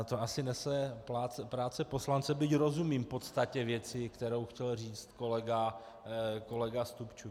To asi nese práce poslance, byť rozumím podstatě věci, kterou chtěl říct kolega Stupčuk.